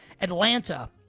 Atlanta